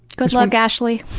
good luck, ashley